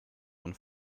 und